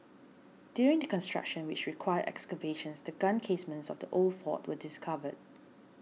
during the construction which required excavations the gun casements of the old fort were discovered